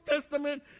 Testament